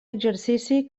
exercici